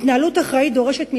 התנהלות אחראית דורשת מאתנו,